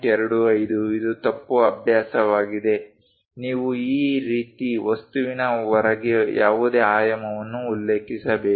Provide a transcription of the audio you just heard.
25 ಇದು ತಪ್ಪು ಅಭ್ಯಾಸವಾಗಿದೆ ನೀವು ಈ ರೀತಿ ವಸ್ತುವಿನ ಹೊರಗೆ ಯಾವುದೇ ಆಯಾಮವನ್ನು ಉಲ್ಲೇಖಿಸಬೇಕು